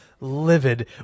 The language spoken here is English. livid